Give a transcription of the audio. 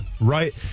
right